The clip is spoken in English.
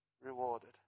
rewarded